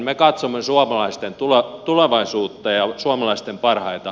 me katsomme suomalaisten tulevaisuutta ja suomalaisten parasta